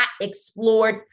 explored